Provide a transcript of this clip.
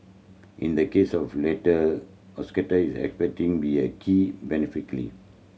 in the case of latter Osaka is expecting be a key